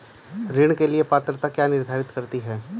ऋण के लिए पात्रता क्या निर्धारित करती है?